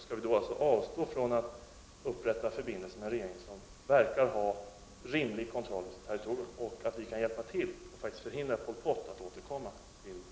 Skall vi avstå från att upprätta förbindelser med en regering, som verkar ha en rimlig kontroll över sitt territorium, fastän vi kan hjälpa till att förhindra Pol Pot att återkomma till makten?